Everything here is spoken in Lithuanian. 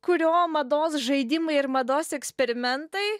kurio mados žaidimai ir mados eksperimentai